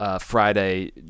Friday